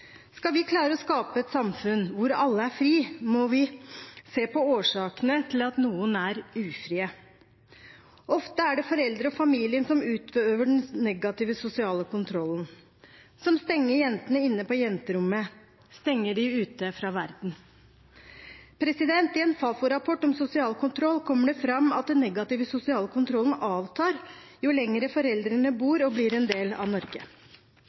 Skal vi klare å skape et samfunn hvor alle er frie, må vi se på årsakene til at noen er ufrie. Ofte er det foreldre og familien som utøver den negative sosiale kontrollen, som stenger jentene inne på jenterommet, stenger dem ute fra verden. I en Fafo-rapport om sosial kontroll kommer det fram at den negative sosiale kontrollen avtar jo lenger foreldrene bor i og er en del av Norge.